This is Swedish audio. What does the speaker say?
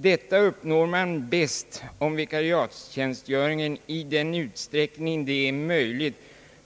Detta uppnår man bäst om vikariatstjänstgöringen i den utsträckning det är möjligt